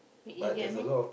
you you get I mean